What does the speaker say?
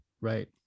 Right